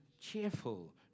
cheerful